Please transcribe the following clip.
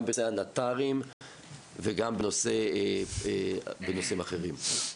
גם בנושא הנט"רים וגם בנושאים אחרים.